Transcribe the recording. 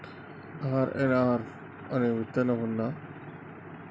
RNR అనే విత్తనం ఉందా?